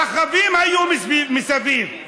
רכבים היו מסביב,